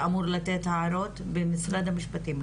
שאמור לתת הערות במשרד המשפטים?